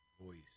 voice